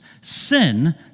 sin